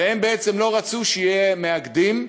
והם בעצם לא רצו שיהיו מאגדים,